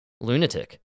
lunatic